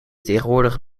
tegenwoordig